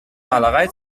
malerei